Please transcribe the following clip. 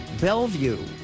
Bellevue